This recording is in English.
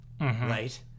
right